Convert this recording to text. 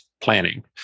planning